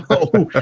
ah open. ah